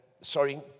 sorry